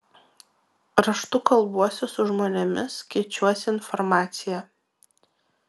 raštu kalbuosi su žmonėmis keičiuosi informacija